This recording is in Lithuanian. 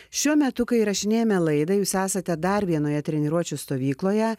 šiuo metu kai įrašinėjame laidą jūs esate dar vienoje treniruočių stovykloje